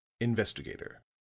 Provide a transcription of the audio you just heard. Investigator